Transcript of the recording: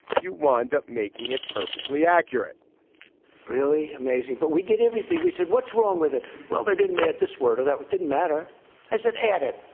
you wind up making it perfectly accurate really amazing. but we did everything we said. what's wrong with it? well, they didn't add this word or that didn't matter as it added.